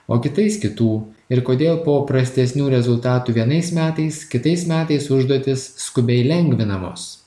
o kitais kitų ir kodėl po prastesnių rezultatų vienais metais kitais metais užduotys skubiai lengvinamos